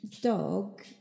Dog